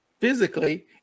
physically